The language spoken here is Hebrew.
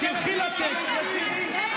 תלכי לטקסט ותראי.